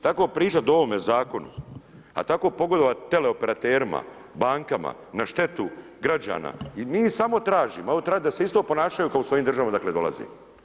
Tako pričati o ovome zakonu a tako pogodovati teleoperterima, bankama na štetu građana i mi samo tražimo, mogu tražiti da se isto ponašaju kao u svojim državama odakle dolazi.